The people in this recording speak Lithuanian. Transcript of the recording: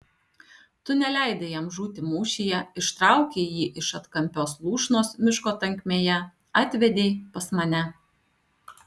tu neleidai jam žūti mūšyje ištraukei jį iš atkampios lūšnos miško tankmėje atvedei pas mane